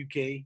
UK